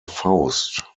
faust